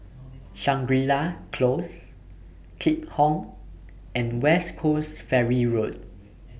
Shangri La Close Keat Hong and West Coast Ferry Road